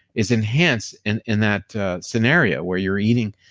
it's enhanced and in that scenario where you're eating.